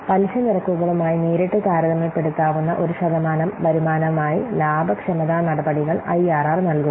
പലിശ നിരക്കുകളുമായി നേരിട്ട് താരതമ്യപ്പെടുത്താവുന്ന ഒരു ശതമാനം വരുമാനമായി ലാഭക്ഷമതാ നടപടികൾ ഐആർആർ നൽകുന്നു